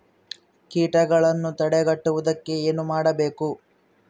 ಕೇಟಗಳನ್ನು ತಡೆಗಟ್ಟುವುದಕ್ಕೆ ಏನು ಮಾಡಬೇಕು?